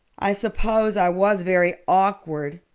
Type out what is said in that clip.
i suppose i was very awkward,